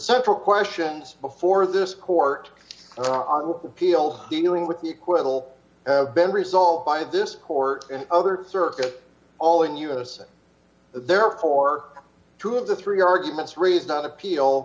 central questions before this court or on appeal dealing with equal have been resolved by this court and other circuit all in unison therefore two of the three arguments raised on appeal